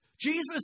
Jesus